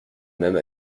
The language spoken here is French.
même